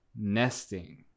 nesting